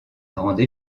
grande